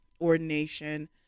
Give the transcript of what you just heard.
ordination